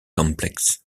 complex